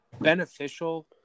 beneficial